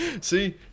see